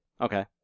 Okay